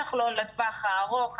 בטח לא לטווח הארוך.